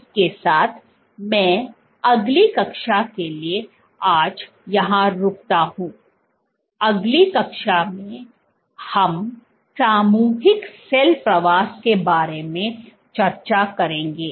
इसके साथ मैं अगली कक्षा के लिए आज यहां रुकता हूं अगली कक्षा में हम सामूहिक सेल प्रवास के बारे में चर्चा करेंगे